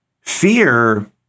Fear